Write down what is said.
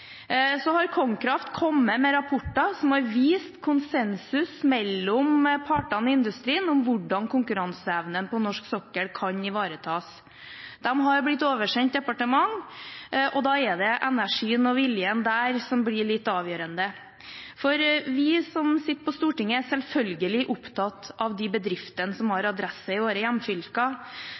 Så har KonKraft kommet med rapporter som har vist konsensus mellom partene i industrien om hvordan konkurranseevnen på norsk sokkel kan ivaretas. De har blitt oversendt departementet, og da er det energien og viljen der som blir litt avgjørende. Vi som sitter på Stortinget, er selvfølgelig opptatt av de bedriftene som har adresse i våre hjemfylker,